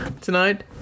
tonight